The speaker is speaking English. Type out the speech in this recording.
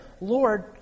Lord